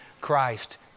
Christ